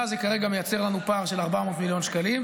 זה מייצר לנו כרגע פער של 400 מיליון שקלים.